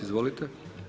Izvolite.